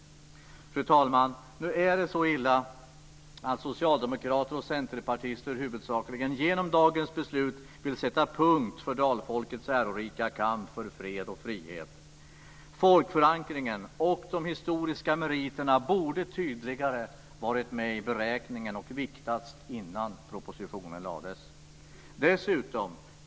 Fru talman! Nu är det så illa att huvudsakligen socialdemokrater och centerpartister genom dagens beslut vill sätta punkt för dalfolkets ärorika kamp för fred och frihet. Folkförankringen och de historiska meriterna borde tydligare ha varit med i beräkningen och viktats innan propositionen lades fram.